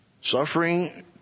Suffering